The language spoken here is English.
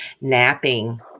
napping